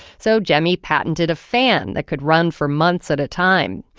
so gemmy patented a fan that could run for months at a time.